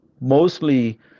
Mostly